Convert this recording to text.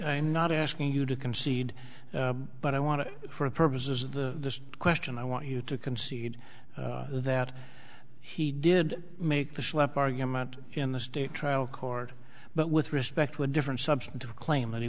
i'm not asking you to concede but i want to for the purposes of the question i want you to concede that he did make the schlep argument in the state trial court but with respect to a different substantive claim that he